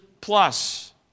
plus